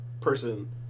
person